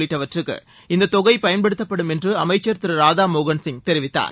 உள்ளிட்டவற்றுக்கு இந்த தொகை பயன்படுத்தப்படும் என்று அமைச்சர் திரு ராதாமோகன் சிய் தெரிவித்தார்